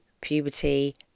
puberty